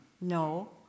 No